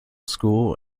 school